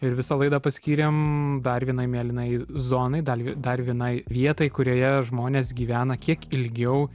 ir visą laidą paskyrėm dar vienai mėlynai zonai dal dar vienai vietai kurioje žmonės gyvena kiek ilgiau